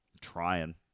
Trying